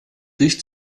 riecht